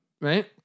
right